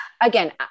again